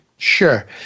Sure